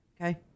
Okay